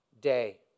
day